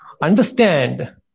understand